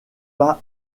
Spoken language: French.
pas